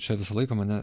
čia visą laiką mane